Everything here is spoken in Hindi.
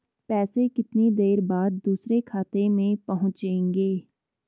पैसे कितनी देर बाद दूसरे खाते में पहुंचेंगे?